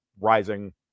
rising